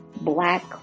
black